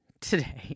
today